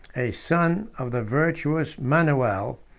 a son of the virtuous manuel,